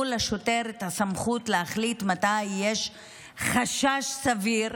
לשוטר את הסמכות להחליט מתי יש חשש סביר